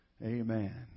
Amen